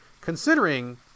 considering